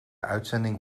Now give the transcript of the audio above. uitzending